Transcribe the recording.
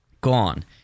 Gone